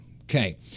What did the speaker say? Okay